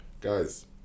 Guys